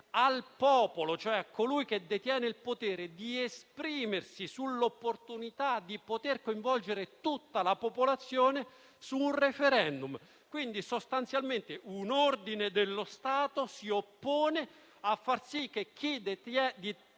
al popolo, cioè a colui che detiene il potere, di esprimersi sull'opportunità di poter coinvolgere tutta la popolazione su un *referendum*. Sostanzialmente un ordine dello Stato si oppone a far sì che chi detiene